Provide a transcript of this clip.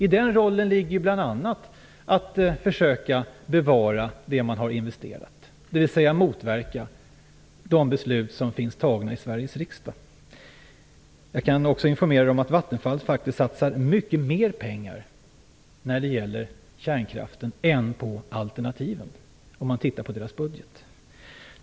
I den rollen ingår bl.a. att försöka bevara det man har investerat, dvs. att motverka de beslut som har fattats i Sveriges riksdag. Jag kan också informera om att Vattenfall faktiskt satsar mycket mera pengar på kärnkraften än på alternativen. Det framgår av bolagets budget.